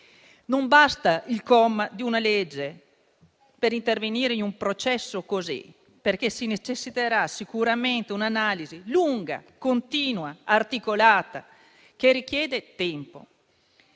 Non basta il comma di una legge per intervenire in un processo così, perché necessita sicuramente di un'analisi lunga, continua, articolata, che richiede tempo.